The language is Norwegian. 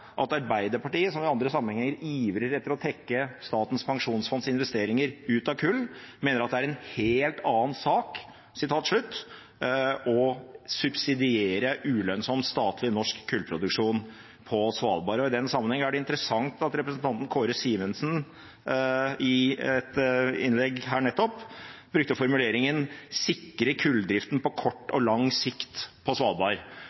at Arbeiderpartiet, som i andre sammenhenger ivrer etter å trekke Statens pensjonsfonds investeringer ut av kull, mener at det er en helt annen sak å subsidiere ulønnsom statlig norsk kullproduksjon på Svalbard. I den sammenheng er det interessant at representanten Kåre Simensen i sitt innlegg her nettopp brukte formuleringen «sikre kulldriften både på kort og lang sikt».